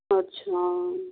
अच्छा